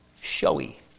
Showy